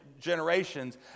generations